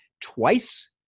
twice